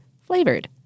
flavored